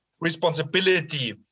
responsibility